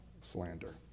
slander